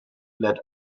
let